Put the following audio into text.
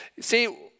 See